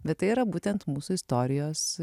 bet tai yra būtent mūsų istorijos